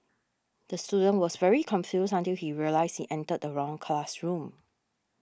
the student was very confused until he realised he entered the wrong classroom